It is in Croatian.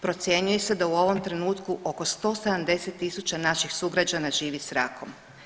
Procjenjuje se da u ovom trenutku oko 170 000 naših sugrađana živi sa rakom.